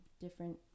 different